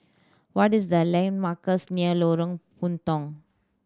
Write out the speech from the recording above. what is the landmarks near Lorong Puntong